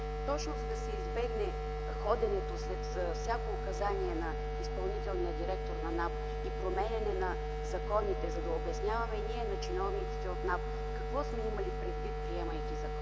Точно, за да се избегне ходенето след всяко указание на изпълнителния директор на НАП и променяне на законите, за да обясняваме и ние на чиновниците от НАП какво сме имали предвид, приемайки закона.